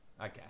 Okay